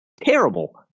terrible